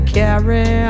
carry